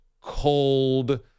cold